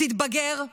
תתבגר,